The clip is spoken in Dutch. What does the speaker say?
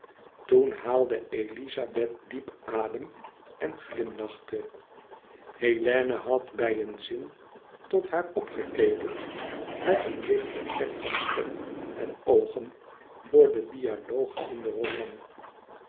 toen haalde elizabeth diep adem en glimlachte hélène had bij een zin tot haar opgekeken met een licht effect van stem en oogen voor den dialoog in den roman